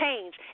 change